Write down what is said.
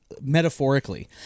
metaphorically